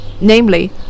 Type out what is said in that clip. namely